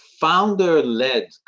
founder-led